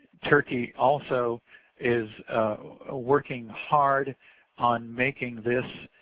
turkey also is ah working hard on making this